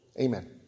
Amen